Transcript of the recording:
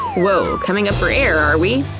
woah, coming up for air, are we?